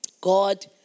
God